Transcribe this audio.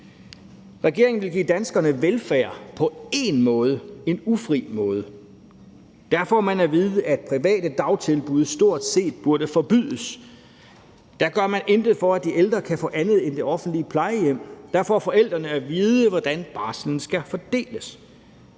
Regeringen vil give danskerne velfærd på én måde, en ufri måde. Der får man at vide, at private dagtilbud stort set burde forbydes; der gør man intet for, at de ældre kan få andet end det offentlige plejehjem; der får forældrene at vide, hvordan barslen skal fordeles.